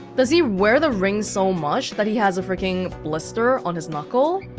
does he wear the ring so much that he has a freakin' blister on his knuckle?